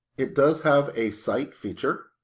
it does have a cite feature,